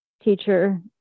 teacher